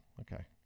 Okay